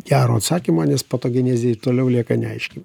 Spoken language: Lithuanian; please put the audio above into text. gero atsakymo nes patogenezė ir toliau lieka neaiški